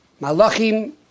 Malachim